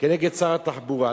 כנגד שר התחבורה.